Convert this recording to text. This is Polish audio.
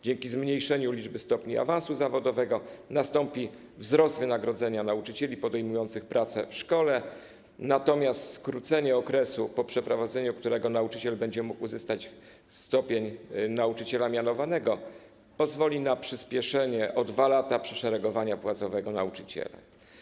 Dzięki zmniejszeniu liczby stopni awansu zawodowego nastąpi wzrost wynagrodzenia nauczycieli podejmujących pracę w szkole, natomiast skrócenie okresu, po którym nauczyciel będzie mógł uzyskać stopień nauczyciela mianowanego, pozwoli na przyspieszenie o 2 lata przeszeregowania płacowego nauczyciela.